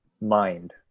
Mind